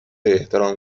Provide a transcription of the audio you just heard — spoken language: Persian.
احترام